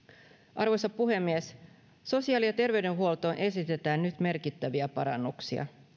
arvoisa puhemies sosiaali ja terveydenhuoltoon esitetään nyt merkittäviä parannuksia